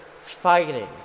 fighting